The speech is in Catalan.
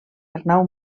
arnau